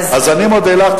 אז אני מודה לך.